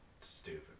stupid